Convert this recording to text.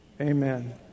Amen